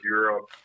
Europe